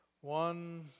one